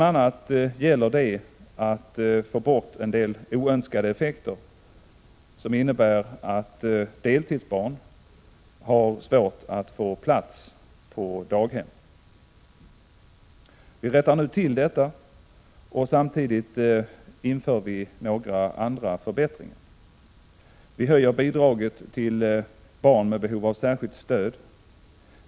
a. gäller det att få bort en del oönskade effekter, t.ex. att barn till deltidsarbetande har svårt att få plats på daghem. Det rättas nu till samtidigt som vi inför några andra förbättringar. Vi höjer bidraget till barn med behov av särskilt stöd.